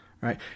right